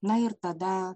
na ir tada